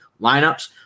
lineups